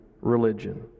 religion